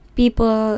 people